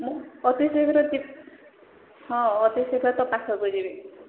ମୁଁ ଅତି ଶୀଘ୍ର ହଁ ଅତି ଶୀଘ୍ର ତୋ ପାଖକୁ ଯିବି